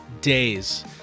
days